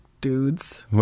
Dudes